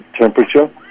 temperature